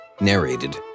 Narrated